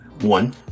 one